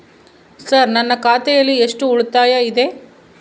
Sir ನನ್ನ ಖಾತೆಯಲ್ಲಿ ಎಷ್ಟು ಉಳಿತಾಯ ಇದೆ?